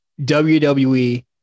WWE